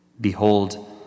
Behold